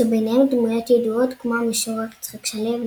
כשביניהם דמויות ידועות כמו המשורר יצחק שלו,